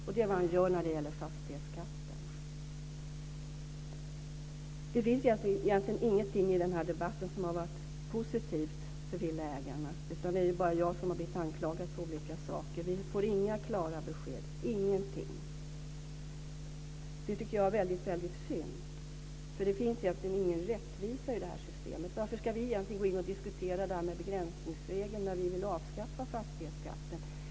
Det är vad han gör när det gäller fastighetsskatten. Det finns egentligen ingenting i den här debatten som har varit positivt för villaägarna. Det är bara jag som har blivit anklagad för olika saker. Vi får inga klara besked, ingenting. Det tycker jag är väldigt synd. Det finns egentligen ingen rättvisa i systemet. Varför ska vi diskutera begränsningsregeln när vi vill avskaffa fastighetsskatten?